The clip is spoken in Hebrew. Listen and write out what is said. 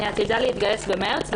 אני עתידה להתגייס במרץ.